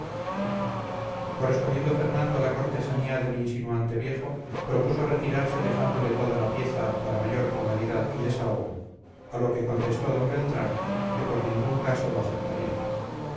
correspondiendo fernando a la cortesanía del insinuante viejo propuso retirarse dejándole toda la pieza para mayor comodidad y desahogo a lo que contestó d beltrán que por ningún caso lo aceptaría